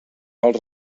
els